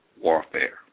warfare